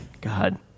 God